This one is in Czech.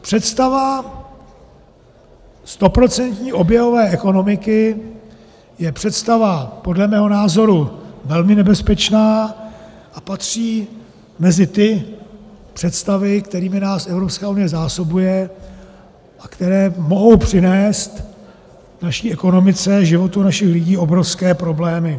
Představa stoprocentní oběhové ekonomiky je představa podle mého názoru velmi nebezpečná a patří mezi ty představy, kterými nás Evropská unie zásobuje a které mohou přinést naší ekonomice, životu našich lidí obrovské problémy.